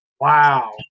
wow